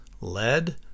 lead